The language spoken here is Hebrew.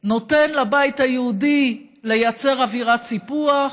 נותן לבית היהודי לייצר אווירת סיפוח,